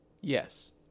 Yes